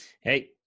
Hey